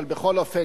אבל בכל אופן,